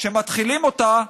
כשמתחילים אותה,